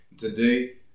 Today